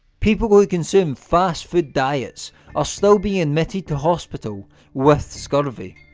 people who consume fast food diets are still being admitted to hospital with scurvy.